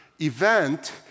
event